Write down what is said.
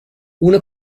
una